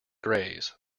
graze